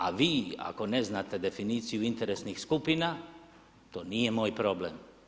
A vi ako ne znate definiciju interesnih skupina, to nije moj problem.